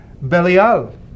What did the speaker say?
Belial